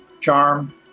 charm